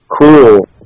cool